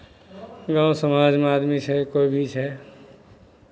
गाँव समाजमे आदमी छै कोइ भी छै